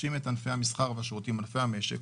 פוגשים את ענפי המסחר וענפי המשק,